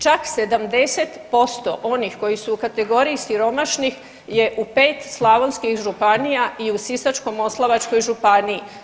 Čak 70% onih koji su u kategoriji siromašnih je u 5 slavonskih županija i u Sisačko-moslavačkoj županiji.